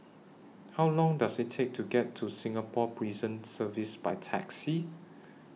How Long Does IT Take to get to Singapore Prison Service By Taxi